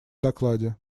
докладе